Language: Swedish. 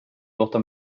låta